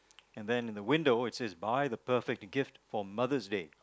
and then the window it says buy the perfect gift for Mother's Day